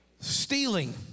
Stealing